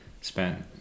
spent